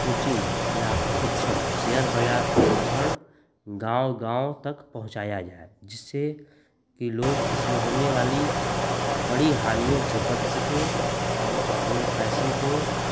coaching या प्रशिक्षण share बाज़ार प्रशिक्ष्ण गाँव गाँव तक पहुँचाया जाए जिससे कि लोग इसमें होने वाली बड़ी हानियों से बच सके और अपने पैसे को